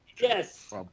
Yes